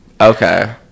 Okay